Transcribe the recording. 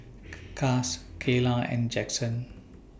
Cass Kaylah and Jaxon